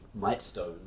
Mightstone